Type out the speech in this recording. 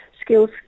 Skills